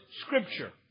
Scripture